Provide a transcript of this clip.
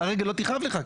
הרגל לא תכאב לך.